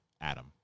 Adam